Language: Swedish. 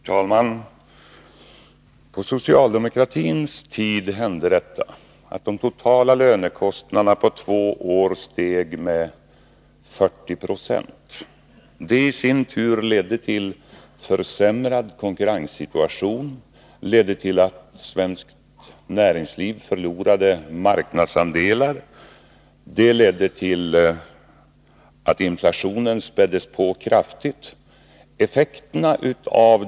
Herr talman! På socialdemokratins tid hände det, att de totala lönekostnaderna på två år steg med 40 96. Det ledde i sin tur till en försämrad konkurrenssituation, till att svenskt näringsliv förlorade marknadsandelar och till att inflationen kraftigt späddes på.